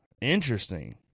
interesting